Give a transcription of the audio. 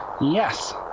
Yes